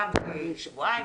פעם בשבועיים,